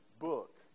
book